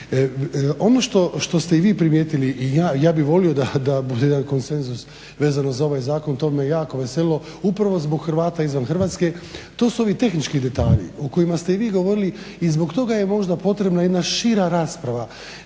Ono što ste i vi primijetili i ja, ja bih volio da bude jedan konsenzus vezano za ovaj zakon, to bi me jako veselilo, upravo zbog Hrvata izvan Hrvatske to su ovi tehnički detalji o kojima ste i vi govorili i zbog toga je možda potrebna jedna šira rasprava.